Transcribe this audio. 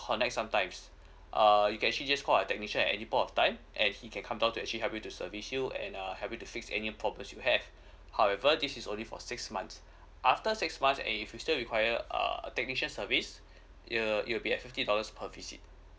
connect sometimes uh you can actually just call our technician at any point of time and he can come down to actually help you to service you and uh help you to fix any problems you have however this is only for six months after six months and if you still require err technician service it'll it'll be at fifty dollars per visit